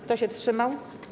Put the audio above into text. Kto się wstrzymał?